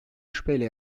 şüpheyle